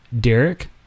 Derek